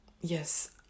yes